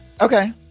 Okay